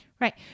Right